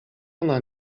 ona